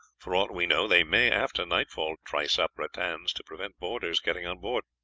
for aught we know, they may, after nightfall, trice up rattans to prevent boarders getting on board.